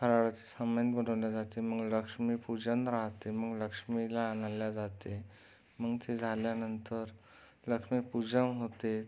फराळाचं सामान बनवले जाते मग लक्ष्मीपूजन राहते मग लक्ष्मीला आणायला जाते मग ते झाल्यानंतर लक्ष्मीपूजन होते